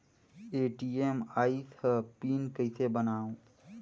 ATM आइस ह PIN कइसे बनाओ?